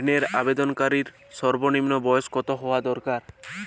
ঋণের আবেদনকারী সর্বনিন্ম বয়স কতো হওয়া দরকার?